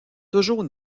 toujours